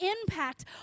impact